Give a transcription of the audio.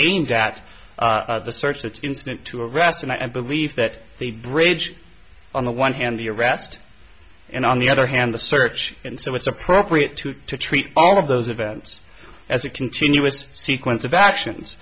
aimed at the search that's incident to arrest and i believe that the bridge on the one hand the arrest and on the other hand the search and so it's appropriate to treat all of those events as a continuous sequence of actions